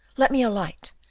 let me alight,